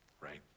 right